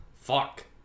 Fuck